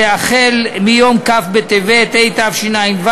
החל ביום כ' בטבת התשע"ו,